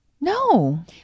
No